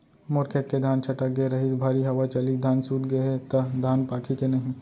मोर खेत के धान छटक गे रहीस, भारी हवा चलिस, धान सूत गे हे, त धान पाकही के नहीं?